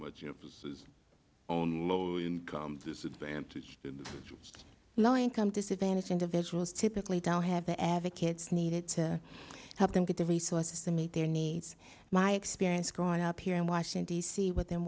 much emphasis on low income disadvantaged low income disadvantaged individuals typically don't have the advocates needed to help them get the resources to meet their needs my experience growing up here in washington d c within